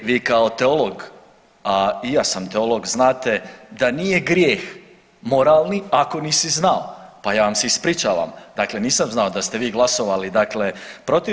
Kolegice Petir, vi kao teolog, a i ja sam teolog, znate da nije grijeh moralni ako nisi znao, pa ja vam se ispričavam, dakle nisam znao da ste vi glasovali dakle protiv.